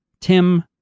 Tim